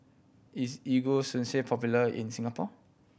is Ego Sunsense popular in Singapore